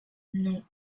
non